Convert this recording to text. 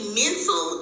mental